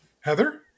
Heather